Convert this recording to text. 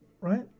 right